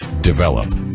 develop